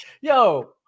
yo –